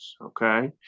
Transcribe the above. okay